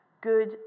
good